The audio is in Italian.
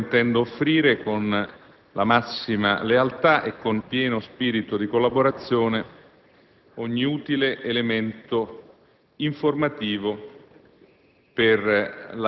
a nome del Governo, intendo offrire, con la massima lealtà e con pieno spirito di collaborazione, ogni utile elemento informativo